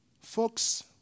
Folks